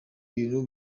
ibintu